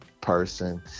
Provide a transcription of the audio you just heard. person